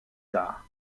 tard